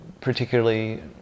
particularly